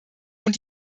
und